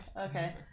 Okay